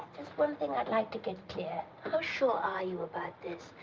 just one thing i'd like to get clear. how sure are you about this?